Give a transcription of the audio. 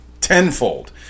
tenfold